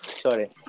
Sorry